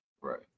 Right